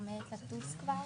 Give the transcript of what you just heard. עומדת לטוס כבר,